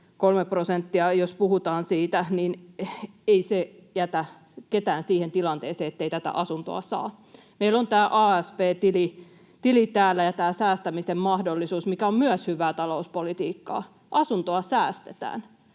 jos puhutaan siitä, ei jätä ketään siihen tilanteeseen, ettei tätä asuntoa saa. Meillä on tämä asp-tili ja tämä säästämisen mahdollisuus, mikä on myös hyvää talouspolitiikkaa — asuntoa säästetään.